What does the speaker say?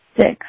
Six